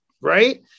Right